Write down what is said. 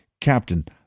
Captain